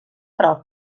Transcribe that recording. prop